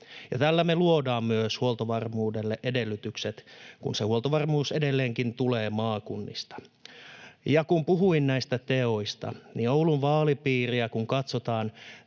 tällä me luodaan myös huoltovarmuudelle edellytykset, kun se huoltovarmuus edelleenkin tulee maakunnista. Ja kun puhuin näistä teoista, niin kun katsotaan